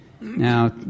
Now